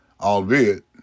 Albeit